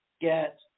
get